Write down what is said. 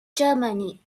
germany